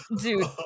Dude